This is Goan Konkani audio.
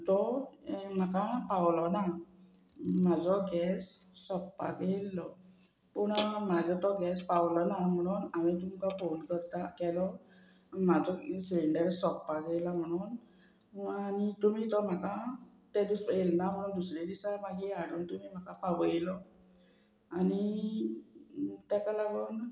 तो म्हाका पावलो ना म्हाजो गॅस सोंपपाक येयल्लो पूण म्हाजो तो गॅस पावलो ना म्हणून हांवें तुमकां फोन करता केलो म्हाजो सिलिंडर सोंपपाक येयला म्हणून आनी तुमी तो म्हाका ते दीस येयला ना म्हणून दुसरे दिसा मागीर हाडून तुमी म्हाका पावयलो आनी तेका लागोन